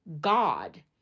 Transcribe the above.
God